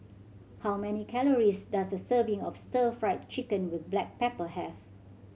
how many calories does a serving of Stir Fry Chicken with black pepper have